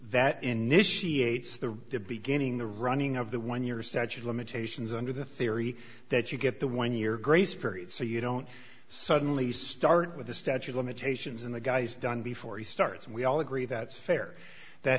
that initiate the beginning the running of the one years statute of limitations under the theory that you get the one year grace period so you don't suddenly start with the statue of limitations in the guy's done before he starts and we all agree that's fair that